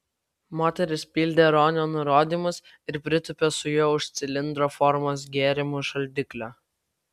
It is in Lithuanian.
moteris pildė ronio nurodymus ir pritūpė su juo už cilindro formos gėrimų šaldiklio